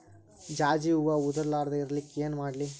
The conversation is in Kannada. ಜಾಜಿ ಹೂವ ಉದರ್ ಲಾರದ ಇರಲಿಕ್ಕಿ ಏನ ಮಾಡ್ಲಿ?